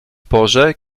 porze